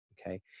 Okay